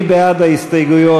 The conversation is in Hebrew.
מי בעד ההסתייגויות?